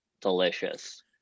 delicious